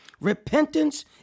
Repentance